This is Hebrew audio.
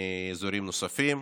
מאזורים נוספים,